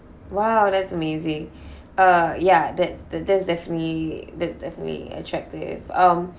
!wow! that's amazing uh ya that's that~ that's definitely that's definitely attractive um